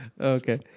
Okay